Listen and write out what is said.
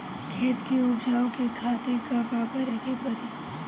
खेत के उपजाऊ के खातीर का का करेके परी?